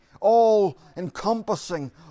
all-encompassing